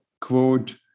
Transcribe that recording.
quote